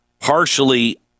partially